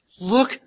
Look